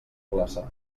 plaça